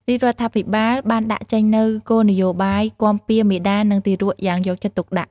រាជរដ្ឋាភិបាលបានដាក់ចេញនូវគោលនយោបាយគាំពារមាតានិងទារកយ៉ាងយកចិត្តទុកដាក់។